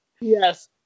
Yes